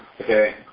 Okay